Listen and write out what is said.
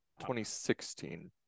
2016